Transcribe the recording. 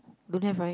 don't have right